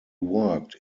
worked